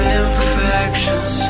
imperfections